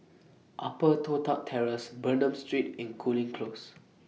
Upper Toh Tuck Terrace Bernam Street and Cooling Close